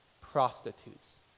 prostitutes